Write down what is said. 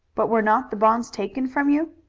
but were not the bonds taken from you?